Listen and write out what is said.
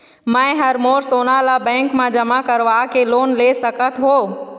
मैं हर मोर सोना ला बैंक म जमा करवाके लोन ले सकत हो?